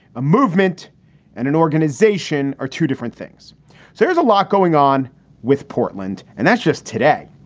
a movement and an organization are two different things. so there's a lot going on with portland and that's just today.